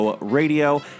Radio